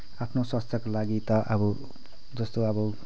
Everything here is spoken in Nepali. आफ्नो स्वास्थ्यको लागि त अब जस्तो अब